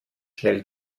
schnell